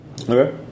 Okay